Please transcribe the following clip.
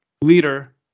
leader